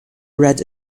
read